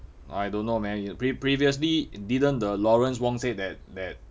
I don't know man pre~ previously didn't the lawrence wong said that that